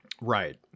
Right